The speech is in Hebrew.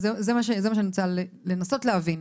זה מה שאני רוצה לנסות להבין.